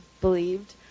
believed